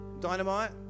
Dynamite